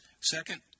Second